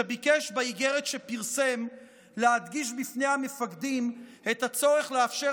שביקש באיגרת שפרסם להדגיש בפני המפקדים את הצורך לאפשר